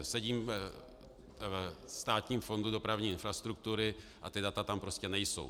Sedím ve Státním fondu dopravní infrastruktury a ta data tam prostě nejsou.